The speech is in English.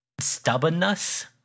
stubbornness